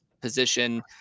position